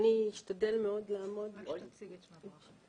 אז אני אשתדל מאוד לעמוד --- רק תציגי את עצמך.